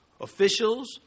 officials